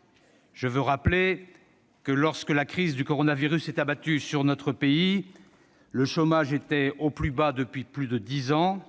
« Je veux rappeler que, lorsque la crise du coronavirus s'est abattue sur notre pays, le chômage était au plus bas depuis plus de dix ans,